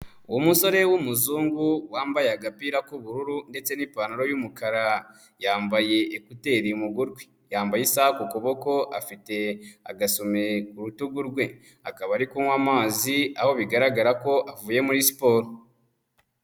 Umusore w'umuzungu wambaye agapira k'ubururu ndetse n'ipantaro y'umukara, yambaye ekuteri mu gutwi, yambaye isaha ku kuboko, afite agasuwime ku rutugu rwe. Akaba ari kunywa amazi aho bigaragara ko avuye muri siporo.